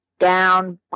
Down